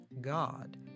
God